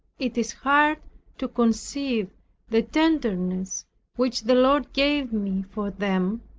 it is hard to conceive the tenderness which the lord gave me for them,